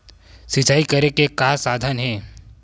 सिंचाई करे के का साधन हे?